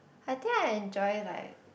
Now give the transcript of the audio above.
I think I join like